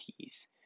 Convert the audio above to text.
peace